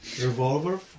revolver